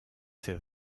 ses